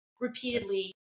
repeatedly